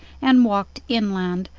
and walked inland,